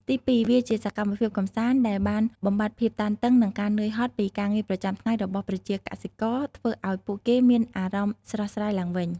ទីពីរ វាជា សកម្មភាពកម្សាន្ត ដែលបានបំបាត់ភាពតានតឹង និងការនឿយហត់ពីការងារប្រចាំថ្ងៃរបស់ប្រជាកសិករ ធ្វើឱ្យពួកគេមានអារម្មណ៍ស្រស់ស្រាយឡើងវិញ។